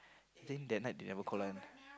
then that night they never call lah